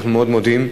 אנחנו מאוד מודים,